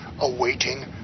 awaiting